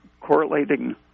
correlating